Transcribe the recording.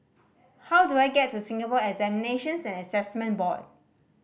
how do I get to Singapore Examinations and Assessment Board